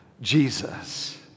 Jesus